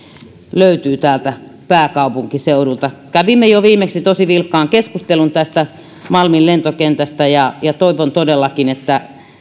löytyy täältä pääkaupunkiseudulta kävimme jo viimeksi tosi vilkkaan keskustelun tästä malmin lentokentästä ja ja toivon todellakin että